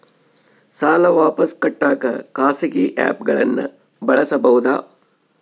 ಸಾಲ ವಾಪಸ್ ಕಟ್ಟಕ ಖಾಸಗಿ ಆ್ಯಪ್ ಗಳನ್ನ ಬಳಸಬಹದಾ?